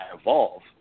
evolve